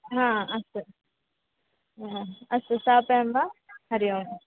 हा अस्तु हा अस्तु स्थापयामि वा हरिः ओम्